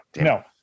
no